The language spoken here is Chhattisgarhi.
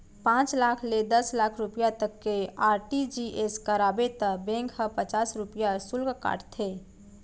पॉंच लाख ले दस लाख रूपिया तक के आर.टी.जी.एस कराबे त बेंक ह पचास रूपिया सुल्क काटथे